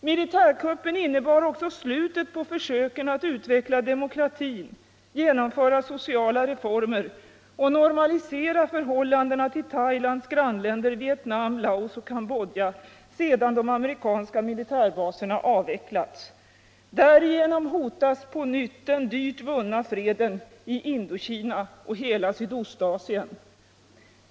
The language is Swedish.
Militärkuppen innebar också slutet på försöken att utveckla demokratin, genomföra sociala reformer och normalisera förhållandena till Thailands grannländer Vietnam, Laos och Cambodja, sedan de amerikanska militärbaserna avvecklats. Därigenom hotas på nytt den dyrt vunna freden i Indokina och hela Sydostasien.